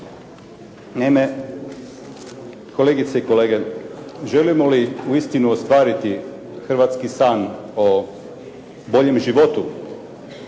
Naime, kolegice i kolege, želimo li uistinu ostvariti hrvatski san o boljem životu